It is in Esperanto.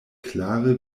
klare